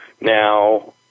Now